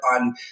on